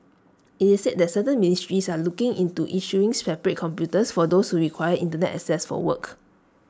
IT is said that certain ministries are looking into issuing separate computers for those who require Internet access for work